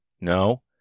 No